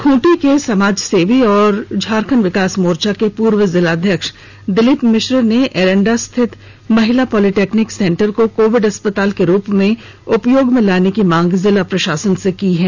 खूंटी के समाजसेवी और झाविमो के पूर्व जिलाध्यक्ष दिलीप मिश्र ने एरेंडा स्थित महिला पॉलिटेक्निक सेंटर को कोविड अस्पताल के रूप में उपयोग में लाने की मांग जिला प्रशासन से की है